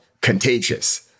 Contagious